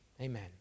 Amen